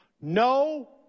No